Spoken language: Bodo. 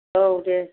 औ दे